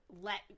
let